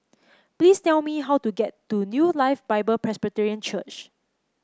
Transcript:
please tell me how to get to New Life Bible Presbyterian Church